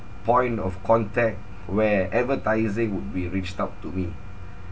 point of contact where advertising would be reached out to me